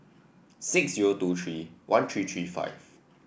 six zero two three one three three five